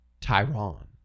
Tyron